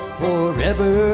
forever